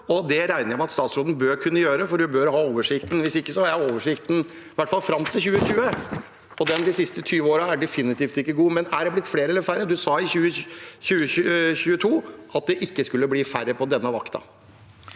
Det regner jeg med at statsråden bør kunne gjøre, for hun bør ha oversikten, og hvis ikke har jeg oversikten – i hvert fall fram til 2020. Den over de siste 20 årene er definitivt ikke god, men er det blitt flere eller færre? Statsråden sa i 2022 at det ikke skulle bli færre på denne vakten.